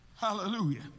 hallelujah